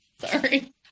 Sorry